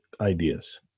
ideas